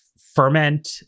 ferment